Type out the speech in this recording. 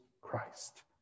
Christ